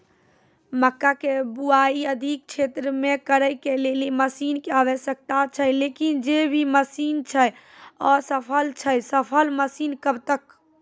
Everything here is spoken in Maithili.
मक्का के बुआई अधिक क्षेत्र मे करे के लेली मसीन के आवश्यकता छैय लेकिन जे भी मसीन छैय असफल छैय सफल मसीन कब तक?